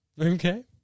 Okay